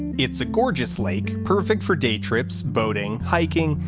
it's a gorgeous lake, perfect for day trips, boating, hiking,